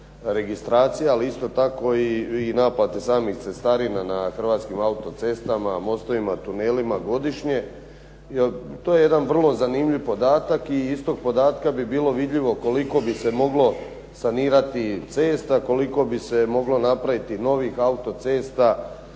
registracija ali isto tako i naplate samih cestarina na hrvatskim autocestama, mostovima, tunelima, godišnje, jer to je jedan vrlo zanimljiv podatak i iz tog podatka bi bilo vidljivo koliko bi se trebalo sanirati cesta, koliko bi se moglo napraviti novih autocesta,